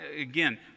again